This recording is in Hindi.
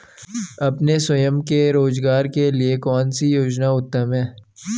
अपने स्वयं के रोज़गार के लिए कौनसी योजना उत्तम है?